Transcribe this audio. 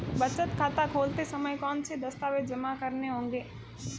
बचत खाता खोलते समय कौनसे दस्तावेज़ जमा करने होंगे?